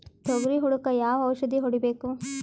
ತೊಗರಿ ಹುಳಕ ಯಾವ ಔಷಧಿ ಹೋಡಿಬೇಕು?